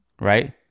right